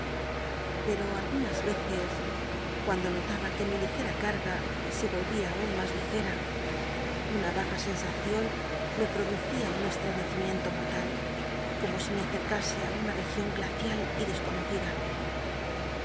peto algunas veces cuando notaba que mi ligea carga se vohia aun mas ligera una l'aga scnsacion me producía un estremecimiento mortal como si me acercase á una rcgion glacial y desconocida